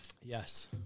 Yes